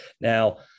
Now